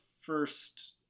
first